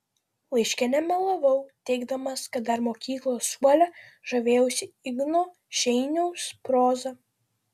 laiške nemelavau teigdamas kad dar mokyklos suole žavėjausi igno šeiniaus proza